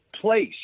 place